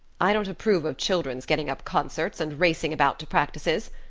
i don't approve of children's getting up concerts and racing about to practices.